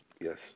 Yes